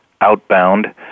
outbound